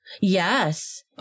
Yes